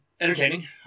entertaining